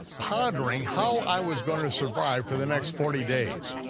pondering how i was going to survive for the next forty days.